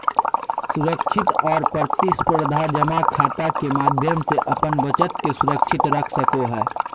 सुरक्षित और प्रतिस्परधा जमा खाता के माध्यम से अपन बचत के सुरक्षित रख सको हइ